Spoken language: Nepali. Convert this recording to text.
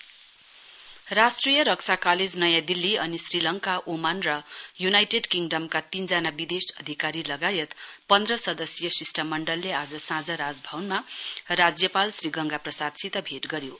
एनडीसी गर्भनर राष्ट्रिय रक्षा कालेज नयाँ दिल्ली अनि श्री लंका ओमन र युनाइटेड किङडमका तीनजना विदेश अधिकारी लगायत पन्ध्र सदस्यीय शिष्टमण्डलले आज साँझ राजभवनमा राज्यपाल श्री गंगाप्रसादसित भेट गऱ्यो